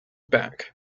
back